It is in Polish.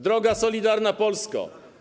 Droga Solidarna Polsko!